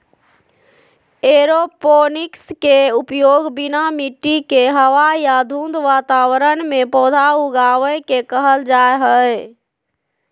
aeroponics के उपयोग बिना मिट्टी के हवा या धुंध वातावरण में पौधा उगाबे के कहल जा हइ